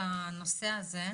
לדעתי,